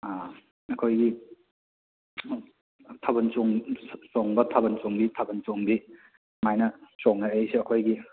ꯑꯥ ꯑꯩꯈꯣꯏꯒꯤ ꯊꯥꯕꯜ ꯆꯣꯡꯕ ꯊꯥꯕꯜ ꯆꯣꯡꯕꯤ ꯊꯥꯕꯜ ꯆꯣꯡꯕꯤ ꯑꯁꯨꯃꯥꯏꯅ ꯆꯣꯡꯅꯔꯛꯏꯁꯦ ꯑꯩꯈꯣꯏꯒꯤ